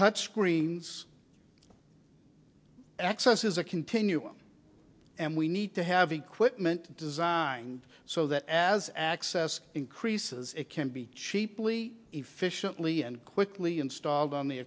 touchscreens access is a continuum and we need to have equipment designed so that as access increases it can be cheaply efficiently and quickly installed on the